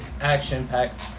action-packed